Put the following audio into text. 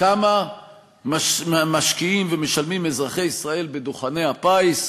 כמה משקיעים ומשלמים אזרחי ישראל בדוכני הפיס?